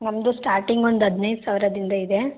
ನಮ್ಮದು ಸ್ಟಾರ್ಟಿಂಗ್ ಒಂದು ಹದಿನೈದು ಸಾವಿರದಿಂದ ಇದೆ